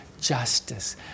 justice